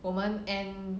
我们 end